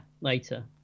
later